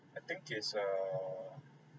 I think it's err